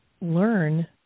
learn